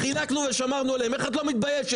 חילקנו ושמרנו עליהם, איך את לא מתביישת?